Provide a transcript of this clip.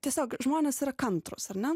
tiesiog žmonės yra kantrūs ar ne